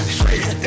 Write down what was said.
Straight